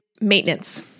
Maintenance